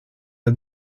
der